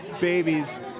babies